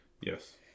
yes